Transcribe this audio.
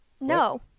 No